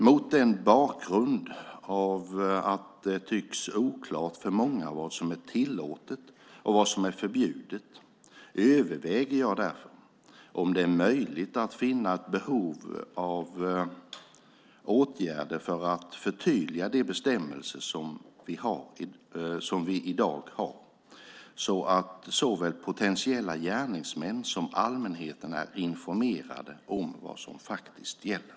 Mot bakgrund av att det tycks oklart för många vad som är tillåtet och vad som är förbjudet överväger jag om det möjligen finns ett behov av åtgärder för att förtydliga de bestämmelser som vi i dag har, så att såväl potentiella gärningsmän som allmänheten är informerade om vad som faktiskt gäller.